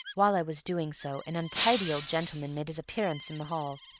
while i was doing so an untidy old gentleman made his appearance in the hall,